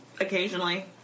occasionally